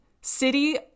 city